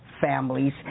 families